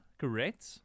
correct